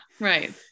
right